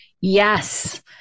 Yes